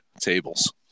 tables